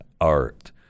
art